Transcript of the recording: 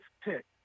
pick